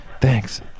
thanks